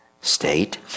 state